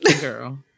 girl